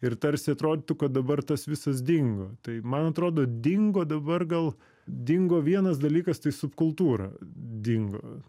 ir tarsi atrodytų kad dabar tas visas dingo tai man atrodo dingo dabar gal dingo vienas dalykas tai subkultūra dingo